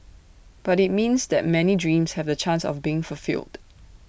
but IT means that many dreams have the chance of being fulfilled